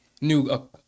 new